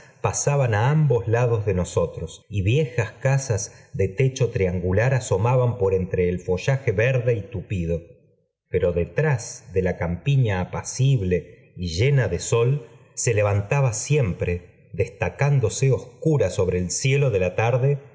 pasaban á ambos lados de nosotros y vie as casas de techo triangular asomaban por entre el follaje verde y tupido pero detrás de la campiña apacible y llena de sol se levantaba siempre destacándose obscura sobre el cielo de la tarde